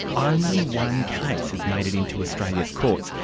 only one case has made it into australia's courts,